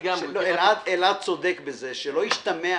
אלעד צודק בזה שלא ישתמע,